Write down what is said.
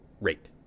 rate